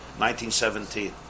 1917